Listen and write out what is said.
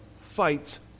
fights